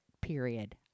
period